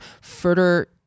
further